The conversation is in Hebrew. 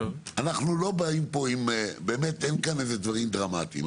אנחנו לא באים פה, במאת אין כאן דברים דרמטיים.